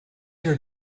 your